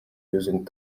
using